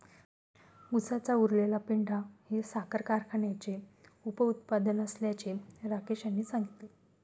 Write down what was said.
उसाचा उरलेला पेंढा हे साखर कारखान्याचे उपउत्पादन असल्याचे राकेश यांनी सांगितले